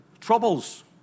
troubles